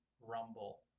Rumble